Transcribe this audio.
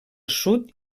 sud